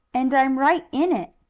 and i'm right in it!